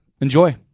Enjoy